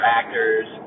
actors